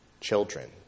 children